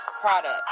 product